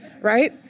Right